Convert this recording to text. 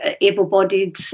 able-bodied